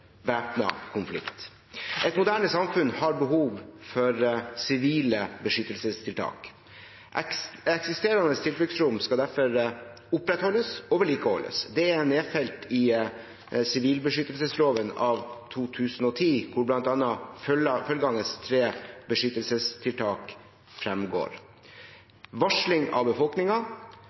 konflikt. Et moderne samfunn har behov for sivile beskyttelsestiltak. Eksisterende tilfluktsrom skal derfor opprettholdes og vedlikeholdes. Det er nedfelt i sivilbeskyttelsesloven av 2010, hvor bl.a. følgende tre beskyttelsestiltak fremgår: varsling av